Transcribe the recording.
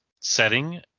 setting